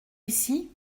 ici